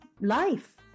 life